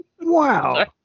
Wow